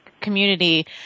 Community